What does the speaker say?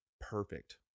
perfect